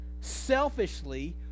selfishly